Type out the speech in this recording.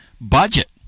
budget